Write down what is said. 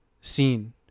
seen